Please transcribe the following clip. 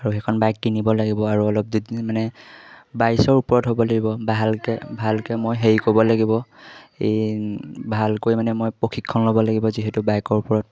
আৰু সেইখন বাইক কিনিব লাগিব আৰু অলপ দুদিন মানে বাইছৰ ওপৰত হ'ব লাগিব ভালকে ভালকে মই হেৰি কৰিব লাগিব ভালকৈ মানে মই প্ৰশিক্ষণ ল'ব লাগিব যিহেতু বাইকৰ ওপৰত